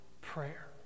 prayer